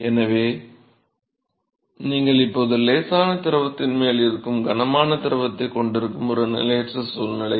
எனவே இப்போது லேசான திரவத்தின் மேல் இருக்கும் கனமான திரவத்தை கொண்டிருக்கும் ஒரு நிலையற்ற சூழ்நிலை